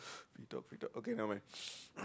free talk free talk okay nevermind